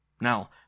Now